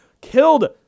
killed